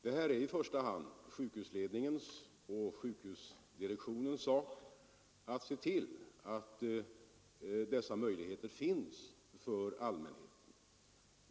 Det är i första hand sjukhusledningens och sjukhusdirektionens sak att se till att dessa möjligheter finns för allmänheten.